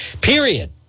period